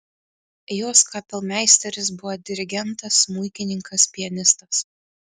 jos kapelmeisteris buvo dirigentas smuikininkas pianistas